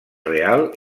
real